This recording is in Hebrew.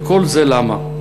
וכל זה למה?